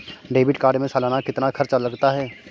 Debit card में सालाना कितना खर्च लगता है?